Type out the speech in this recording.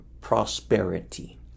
prosperity